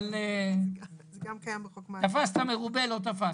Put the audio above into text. אבל תפסת מרובה לא תפסת.